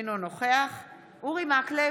אינו נוכח אורי מקלב,